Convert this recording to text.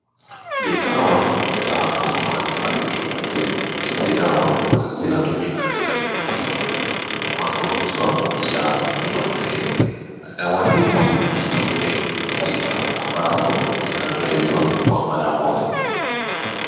Ni dawa za Azomax Azithromycin, hizi dawa zinatumika katika kutibu magonjwa ya kibakteria, dawa hizi ni tembe sita ambazo zinamezwa kwa mara moja.